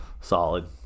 Solid